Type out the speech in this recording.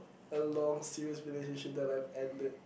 a long serious relationship that I've ended